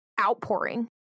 outpouring